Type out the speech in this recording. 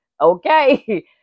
okay